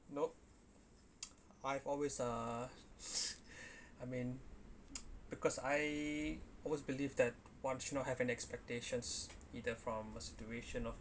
nope I've always uh I mean because I always believe that once you not have an expectations either from a situation of